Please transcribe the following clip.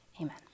Amen